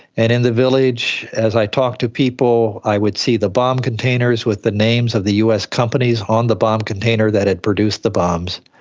and in the village as i talked to people i would see the bomb containers with the names of us companies on the bomb container that had produced the bombs,